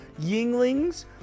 yinglings